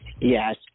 Yes